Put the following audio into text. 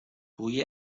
بوی